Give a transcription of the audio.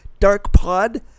DarkPod